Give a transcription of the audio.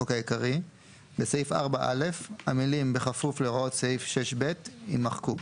החוק העיקרי) בסעיף 4(א) המילים "בכפוף להוראות סעיף 6(ב)" יימחקו.